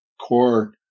core